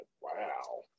Wow